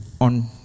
on